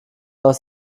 aus